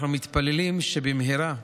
אנחנו מתפללים שבמהרה,